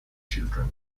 children